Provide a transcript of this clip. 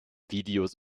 videos